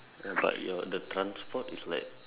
ya but your the transport is like